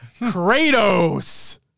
Kratos